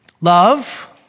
love